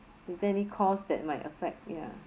if there any cost that might affect ya